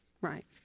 right